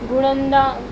घुरंदा